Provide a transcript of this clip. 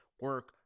Work